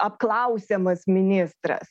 apklausiamas ministras